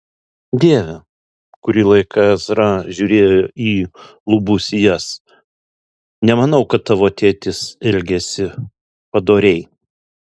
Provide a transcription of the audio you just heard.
dieve kurį laiką ezra žiūrėjo į lubų sijas nemanau kad tavo tėtis elgėsi padoriai